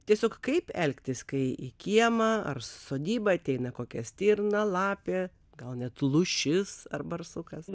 tiesiog kaip elgtis kai į kiemą ar sodybą ateina kokia stirna lapė gal net lūšis ar barsukas